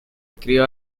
crió